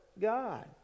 God